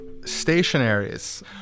stationaries